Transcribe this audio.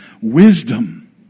Wisdom